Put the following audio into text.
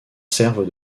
servent